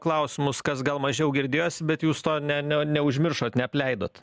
klausimus kas gal mažiau girdėjosi bet jūs to ne ne neužmiršot neapleidot